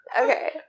Okay